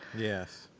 Yes